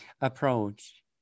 approach